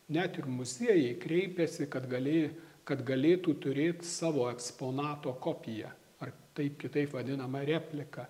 net ir muziejai kreipėsi kad gali kad galėtų turėt savo eksponato kopiją ar taip kitaip vadinamą repliką